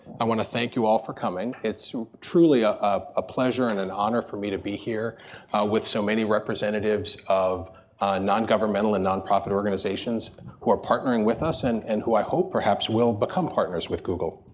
i want to thank you all for coming. it's truly a ah ah pleasure and an honor for me to be here with so many representatives of nongovernmental and nonprofit organizations who are partnering with us and and who, i hope, perhaps will become partners with google.